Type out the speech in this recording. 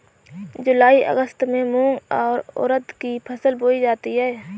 जूलाई अगस्त में मूंग और उर्द की फसल बोई जाती है